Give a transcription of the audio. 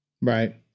Right